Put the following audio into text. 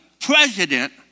president